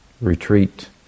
retreat